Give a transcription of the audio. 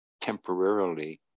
temporarily